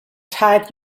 todd